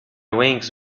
wings